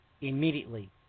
immediately